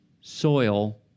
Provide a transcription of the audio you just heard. soil